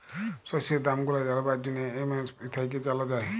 শস্যের দাম গুলা জালবার জ্যনহে এম.এস.পি থ্যাইকে জালা যায়